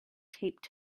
taped